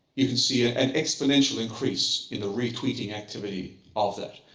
you can see ah an exponential increase in the retweeting activity of that.